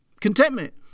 Contentment